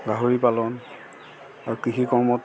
গাহৰি পালন আৰু কৃষি কৰ্মত